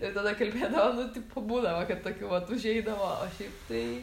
ir tada kalbėdavom nu tipo būdavo kad tokių vat užeidavo o šiaip tai